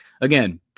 again